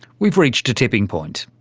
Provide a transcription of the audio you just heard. we've reached a tipping point.